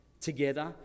together